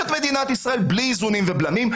את מדינת ישראל בלי איזונים ובלמים.